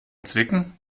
zwicken